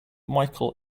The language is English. micheal